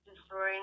destroying